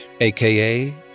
AKA